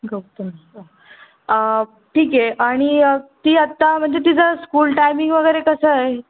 गौतमी ठीक आहे आणि ती आता म्हणजे तिचं स्कूल टायमिंग वगैरे कसं आहे